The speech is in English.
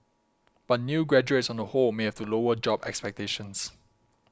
but new graduates on the whole may have to lower job expectations